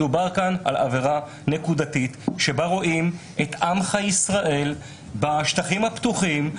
מדובר כאן על עבירה נקודתית שבה רואים את עמך ישראל בשטחים הפתוחים,